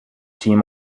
team